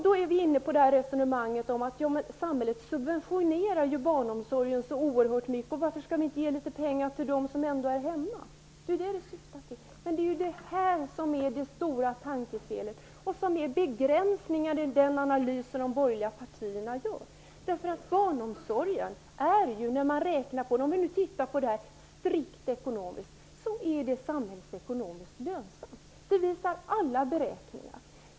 Då är vi inne på resonemanget om att samhället subventionerar barnomsorgen så oerhört mycket och varför vi då inte skall ge litet pengar till dem som ändå är hemma. Det är detta som är det stora tankefelet och begränsningen i de borgerliga partiernas analys. Barnomsorgen är ju, när man tittar på den strikt ekonomiskt, samhällsekonomiskt lönsam. Det visar alla beräkningar.